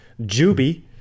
Juby